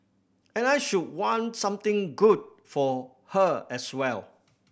and I should want something good for her as well